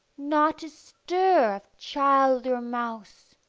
not a stir of child or mouse,